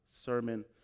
sermon